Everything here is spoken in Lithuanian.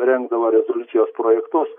rengdavo rezoliucijos projektus